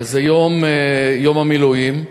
אז היום יום המילואים,